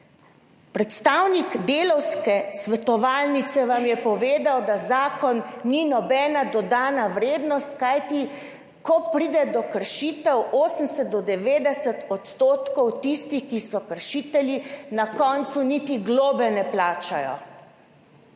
Predstavnik Delavske svetovalnice vam je povedal, da zakon ni nobena dodana vrednost, kajti ko pride do kršitev, 80 do 90 % tistih, ki so kršitelji na koncu niti globe ne plačajo.